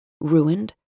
Ruined